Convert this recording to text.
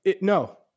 No